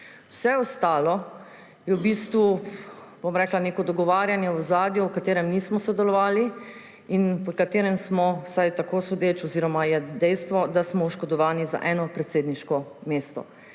Vse ostalo je neko dogovarjanje v ozadju, v katerem nismo sodelovali in v katerem smo, vsaj tako sodeč oziroma je dejstvo, oškodovani za eno predsedniško mesto.